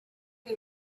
who